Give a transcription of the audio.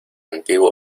antigua